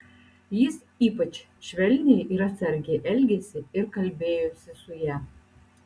jis ypač švelniai ir atsargiai elgėsi ir kalbėjosi su ja